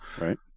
Right